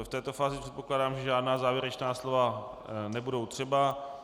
V této fázi předpokládám, že žádná závěrečná slova nebudou třeba.